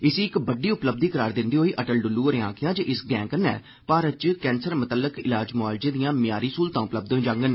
इसी इक बड्डी उपलब्ध करार दिंदे होई अटल डुल्लु होरें आखेआ जे इस गैंह कन्नै भारत च कैंसर मतल्लक इलाज मुआलजे दिआं मय्यारी स्हूलतां उपलब्ध होई जाङन